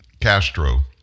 Castro